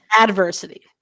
Adversity